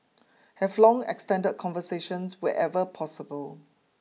have long extended conversations wherever possible